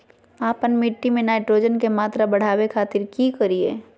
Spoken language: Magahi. आपन मिट्टी में नाइट्रोजन के मात्रा बढ़ावे खातिर की करिय?